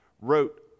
wrote